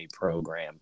program